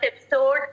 episode